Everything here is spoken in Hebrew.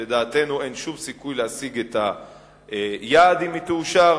ולדעתנו אין שום סיכוי להשיג את היעד אם היא תאושר.